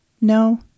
No